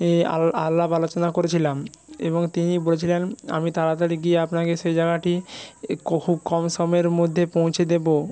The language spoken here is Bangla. আলাপ আলোচনা করেছিলাম এবং তিনি বলেছিলেন আমি তাড়াতাড়ি গিয়ে আপনাকে সেই জায়গাটি খুব কম সময়ের মধ্যে পৌঁছে দেব